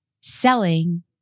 selling